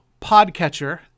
podcatcher